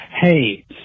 Hey